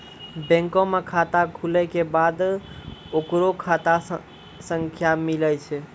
बैंको मे खाता खुलै के बाद ओकरो खाता संख्या मिलै छै